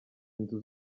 nzu